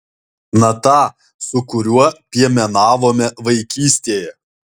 na tą su kuriuo piemenavome vaikystėje